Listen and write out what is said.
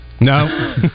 No